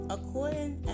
According